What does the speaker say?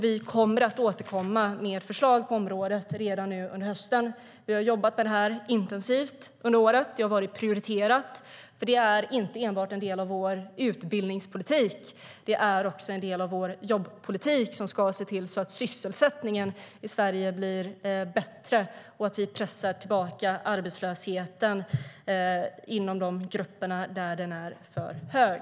Vi kommer att återkomma med förslag inom området redan nu under hösten. Vi har jobbat intensivt med detta under året. Det har varit prioriterat. Det är inte enbart en del av vår utbildningspolitik utan också en del av vår jobbpolitik, som ska se till att sysselsättningen i Sverige blir bättre och att vi pressar tillbaka arbetslösheten inom de grupper där den är för hög.